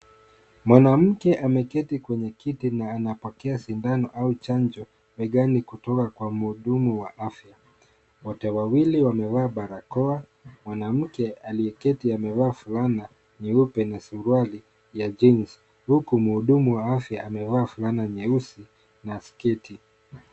Mwanamke ameketi kwenye kiti na anapokea sindano au chanjo begani kutoka kwa mhudumu wa afya. Wote wawili wamevaa barakoa. Mwanamke aliye keti amevaa fulana nyeupe na suruali ya jeans Huku muhudumu wa afya amevaa fulana nyeusi na sketi.